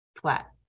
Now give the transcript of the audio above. flat